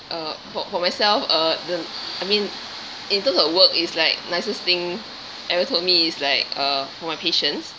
uh for for myself uh the I mean in terms of work is like nicest thing ever told me is like for my patience